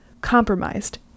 Compromised